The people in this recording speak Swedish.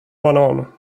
banan